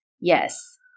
Yes